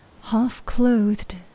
half-clothed